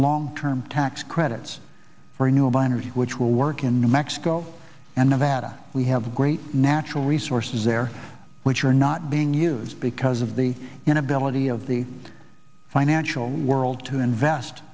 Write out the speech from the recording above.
long term tax credits for a new a by energy which will work in new mexico and nevada we have great natural resources there which are not being used because of the inability of the financial world to invest